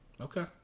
Okay